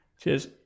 Cheers